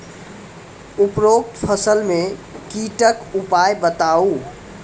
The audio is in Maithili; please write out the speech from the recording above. उपरोक्त फसल मे कीटक उपाय बताऊ?